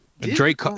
Drake